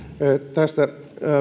tästä